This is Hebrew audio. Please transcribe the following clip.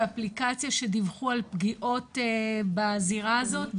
כאפליקציה שדיווחו על פגיעות בזירה הזאת,